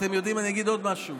ואתם יודעים, אני אגיד עוד משהו: